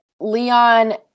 Leon